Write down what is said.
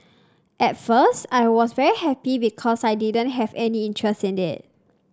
at first I was very happy because I didn't have any interest in it